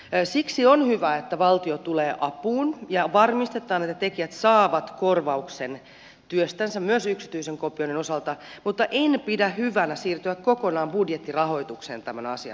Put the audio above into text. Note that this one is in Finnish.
siksi on hyvä että valtio tulee apuun ja varmistetaan että tekijät saavat korvauksen työstänsä myös yksityisen kopioinnin osalta mutta en pidä hyvänä siirtyä kokonaan budjettirahoitukseen tämän asian osalta